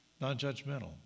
non-judgmental